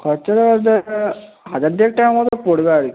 খরচা তো বলতে এটা হাজার দুয়েক টাকা মতো পড়বে আর কি